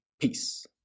Peace